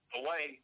away